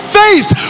faith